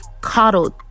coddled